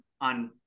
on